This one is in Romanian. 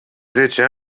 zece